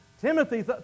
Timothy